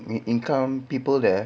income people there